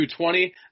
220